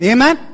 Amen